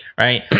right